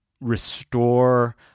restore